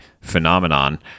phenomenon